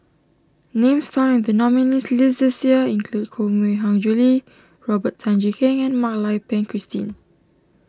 names found in the nominees' list this year include Koh Mui Hiang Julie Robert Tan Jee Keng and Mak Lai Peng Christine